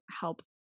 help